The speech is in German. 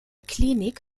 klinik